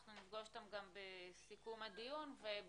אנחנו נפגוש אותם גם בסיכום הדיון ובכלל,